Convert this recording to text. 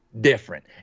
different